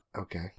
Okay